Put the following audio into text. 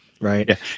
right